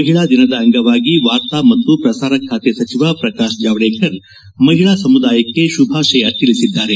ಮಹಿಳಾ ದಿನದ ಅಂಗವಾಗಿ ವಾರ್ತಾ ಮತ್ತು ಪ್ರಸಾರ ಖಾತೆ ಸಚಿವ ಪ್ರಕಾಶ್ ಜಾವಡೇಕರ್ ಮಹಿಳಾ ಸಮುದಾಯಕ್ಕೆ ಶುಭಾಶಯ ತಿಳಿಸಿದ್ದಾರೆ